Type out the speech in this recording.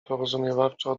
porozumiewawczo